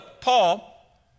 Paul